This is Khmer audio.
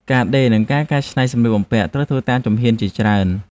ការដេរ និងការកែច្នៃសម្លៀកបំពាក់ត្រូវធ្វើតាមជំហានជាច្រើន។